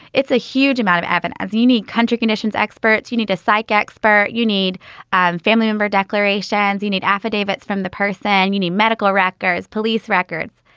it's a huge amount of effort as any country conditions experts. you need a psych expert, you need and family member declarations. you need affidavits from the person. you need medical records, police records,